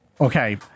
okay